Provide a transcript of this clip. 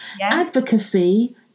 Advocacy